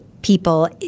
People